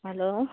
hello